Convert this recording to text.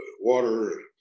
water